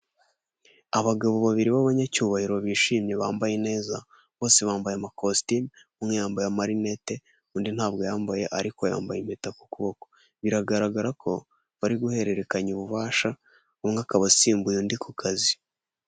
Abagabo babiri b'abanyacyubahiro bishimye bambaye neza. Bose bambaye amakositimu, umwe yambaye amarinete undi ntabwo ayambaye ariko yambaye impeta ku kuboko. Biragaragara ko bari guhererekanya ububasha, umwe akaba asimbuye undi ku kazi.